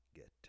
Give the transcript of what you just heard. get